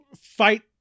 fight